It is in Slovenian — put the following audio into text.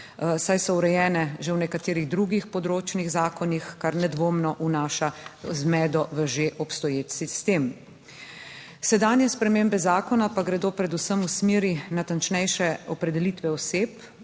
saj so urejene že v nekaterih drugih področnih zakonih, kar nedvomno vnaša zmedo v že obstoječ sistem. Sedanje spremembe zakona pa gredo predvsem v smeri natančnejše opredelitve oseb,